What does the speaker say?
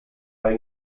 ein